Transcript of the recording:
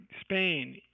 Spain